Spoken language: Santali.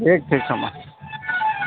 ᱴᱷᱤᱠ ᱴᱷᱤᱠ ᱦᱮᱸ ᱢᱟ